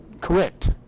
correct